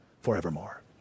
forevermore